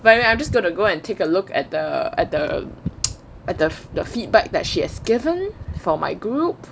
wait wait I'm just going to go and take a look at the at the at the the feedback that she has given for my group